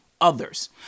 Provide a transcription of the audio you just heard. others